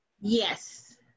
Yes